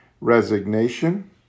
resignation